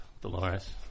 Dolores